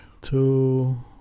two